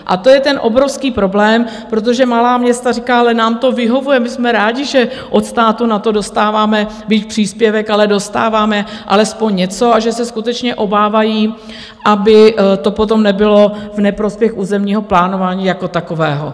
A to je ten obrovský problém, protože malá města říkají: Ale nám to vyhovuje, my jsme rádi, že od státu na to dostáváme, byť příspěvek, ale dostáváme alespoň něco, a že se skutečně obávají, aby to potom nebylo v neprospěch územního plánování jako takového.